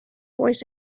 boys